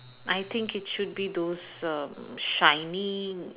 I think it should be those um shiny